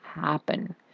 happen